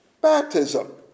baptism